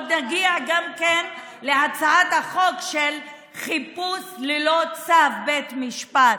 עוד נגיע גם כן להצעת החוק של חיפוש ללא צו בית משפט,